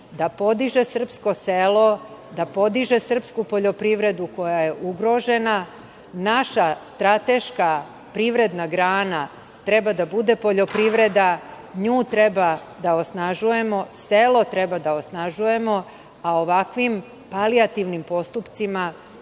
da podiže srpsko selo, da podiže srpsku poljoprivredu koja je ugrožena. Naša strateška privredna grana treba da bude poljoprivreda, nju treba da osnažujemo, selo treba da osnažujemo, a ovakvim palijativnim postupcima